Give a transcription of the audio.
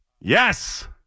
Yes